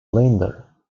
leander